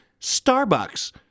Starbucks